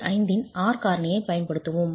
5 இன் R காரணியைப் பயன்படுத்துவோம்